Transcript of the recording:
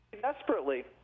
desperately